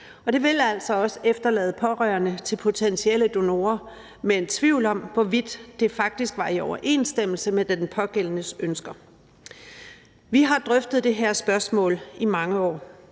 det vil altså også efterlade pårørende til potentielle donorer med en tvivl om, hvorvidt det faktisk var i overensstemmelse med den pågældendes ønsker. Vi har drøftet det her spørgsmål i mange år,